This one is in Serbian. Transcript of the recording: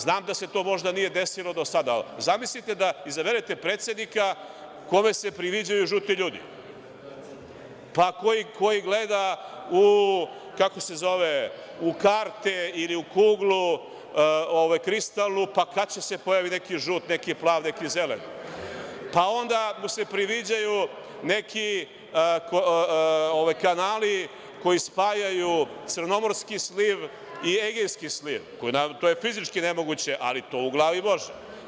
Znam da se to možda nije desilo do sada ali zamislite da izaberete predsednika kome se priviđaju žuti ljudi, koji gleda u karte ili u kuglu kristalnu kada će da se pojavi neki žut, neki plav, neki zelen, pa onda mu se priviđaju neki kanali koji spajaju Crnogorski sliv i Egejski sliv, to je fizički nemoguće, ali to u glavi može.